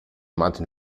martin